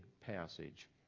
passage